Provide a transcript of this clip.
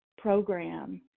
program